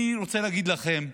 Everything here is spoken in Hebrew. אני רוצה להגיד לכם,